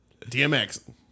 DMX